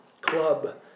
club